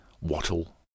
wattle